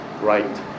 right